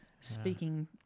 speaking